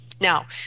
Now